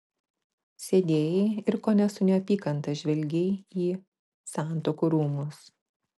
sėdėjai ir kone su neapykanta žvelgei į santuokų rūmus